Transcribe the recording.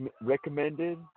recommended